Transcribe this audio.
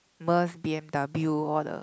Merc B_M_W all the